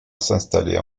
s’installer